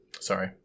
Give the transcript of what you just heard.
Sorry